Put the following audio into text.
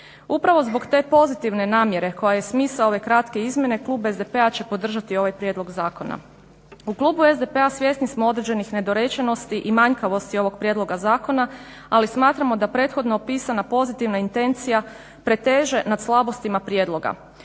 Upravo zbog te pozitivne namjere koja je smisao ove kratke izmjene klub SDP-a će podržati ovaj prijedlog zakona. U klubu SDP-a svjesni smo određenih nedorečenosti i manjkavosti ovog prijedloga zakona ali smatramo da prethodno opisana pozitivna intencija preteže nad slabostima prijedloga.